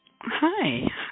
Hi